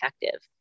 effective